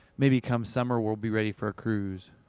maybe come summer we'll be ready for a cruise.